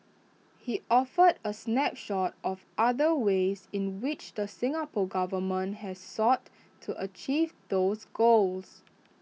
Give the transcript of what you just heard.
he offered A snapshot of other ways in which the Singapore Government has sought to achieve those goals